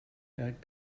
add